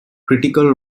critical